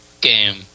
game